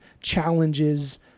challenges